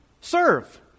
Serve